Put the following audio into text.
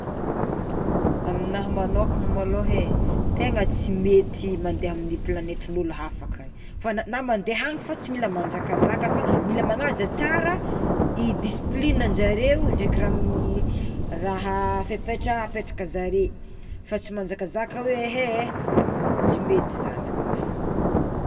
Aminaha magnôkana malôha e tena tsy mety mande amin'ny planetin'olo hafa akagny fa na mande hany fa tsy mila manjakazaka fa mila manaja tsara i disciplinanjareo ndraiky raha raha fepetra apetraka zare fa tsy manjakazaka hoe ehe, tsy mety zany aminah.